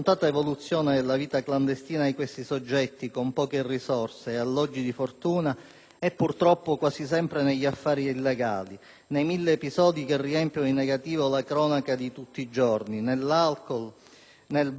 è purtroppo quasi sempre negli affari illegali, nei mille episodi che riempiono la cronaca di tutti i giorni, nell'alcol, nel baratro dei vari *racket* che li sfruttano e, soprattutto, in una vita fatta di non integrazione.